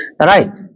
Right